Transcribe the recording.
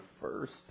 first